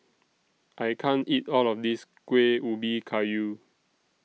I can't eat All of This Kueh Ubi Kayu